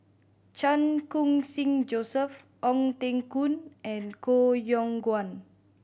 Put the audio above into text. Chan Khun Sing Joseph Ong Teng Koon and Koh Yong Guan